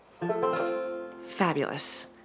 Fabulous